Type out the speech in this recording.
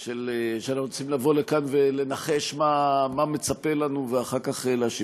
שאנחנו צריכים לבוא לכאן ולנחש מה מצפה לנו ואחר כך להשיב.